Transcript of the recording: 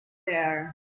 there